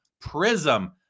Prism